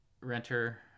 renter